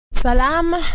Salam